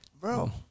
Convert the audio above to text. bro